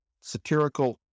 satirical